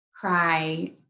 cry